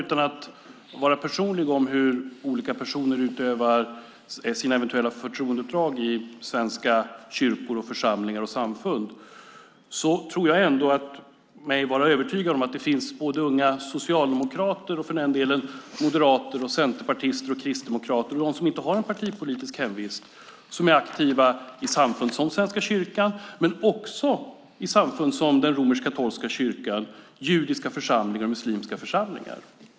Utan att vara personlig när det gäller hur olika personer utövar sina eventuella förtroendeuppdrag i svenska kyrkor, församlingar och samfund tror jag mig ändå vara övertygad om att det finns både unga socialdemokrater och för den delen moderater, centerpartister och kristdemokrater och personer som inte har någon partipolitisk hemvist som är aktiva i samfund som Svenska kyrkan men också i samfund som den romersk-katolska kyrkan, judiska församlingar och muslimska församlingar.